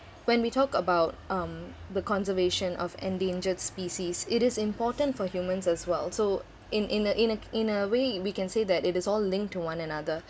when we talk about um the conservation of endangered species it is important for humans as well so in in a in a in a way we can say that it is all linked to one another